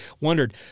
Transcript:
wondered